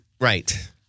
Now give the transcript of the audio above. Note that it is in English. right